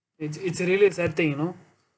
it's it's really a sad thing you know